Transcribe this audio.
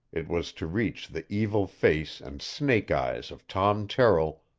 it was to reach the evil face and snake-eyes of tom terrill,